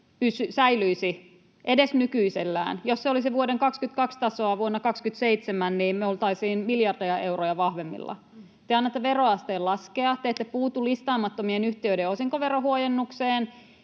säilyisi edes nykyisellään. Jos se olisi vuoden 22 tasoa vuonna 27, niin me oltaisiin miljardeja euroja vahvemmilla. Te annatte veroasteen laskea. Te ette puutu listaamattomien yhtiöiden osinkoverohuojennukseen,